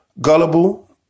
gullible